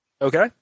Okay